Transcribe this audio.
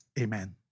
Amen